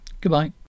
Goodbye